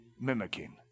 mimicking